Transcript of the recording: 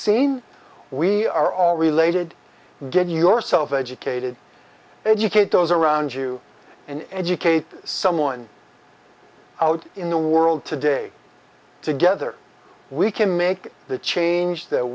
seeing we are all related get yourself educated educate those around you and educate someone out in the world today together we can make the change that